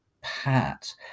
Pat